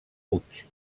puig